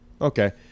Okay